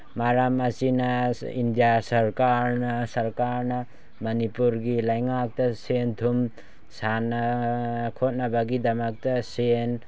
ꯃꯔꯝ ꯑꯁꯤꯅ ꯏꯟꯗꯤꯌꯥ ꯁꯔꯀꯥꯔꯅ ꯁꯔꯀꯥꯔꯅ ꯃꯅꯤꯄꯨꯔꯒꯤ ꯂꯩꯉꯥꯛꯇ ꯁꯦꯟ ꯊꯨꯝ ꯁꯥꯟꯅ ꯈꯣꯠꯅꯕꯒꯤꯗꯃꯛꯇ ꯁꯦꯟ